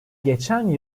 geçen